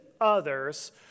others